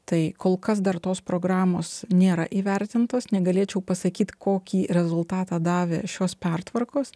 tai kol kas dar tos programos nėra įvertintos negalėčiau pasakyt kokį rezultatą davė šios pertvarkos